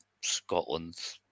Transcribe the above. Scotland